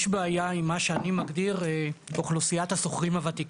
יש בעיה עם מה שאני מגדיר אוכלוסיית השוכרים הוותיקים,